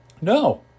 No